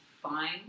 fine